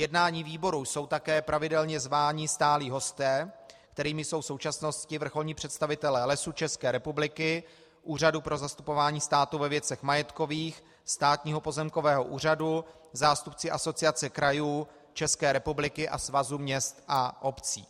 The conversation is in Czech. K jednání výboru jsou také pravidelně zváni stálí hosté, kterými jsou v současnosti vrcholní představitelé Lesů České republiky, Úřadu pro zastupování státu ve věcech majetkových, Státního pozemkového úřadu, zástupci Asociace krajů České republiky a Svazu měst a obcí.